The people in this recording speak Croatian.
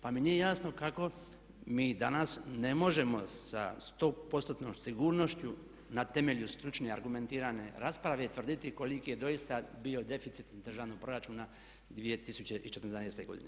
Pa mi nije jasno kako mi danas ne možemo sa 100 postotnom sigurnošću na temelju stručne, argumentirane rasprave tvrditi koliki je doista bio deficit državnog proračuna 2014. godine.